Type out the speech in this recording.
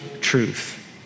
truth